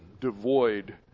devoid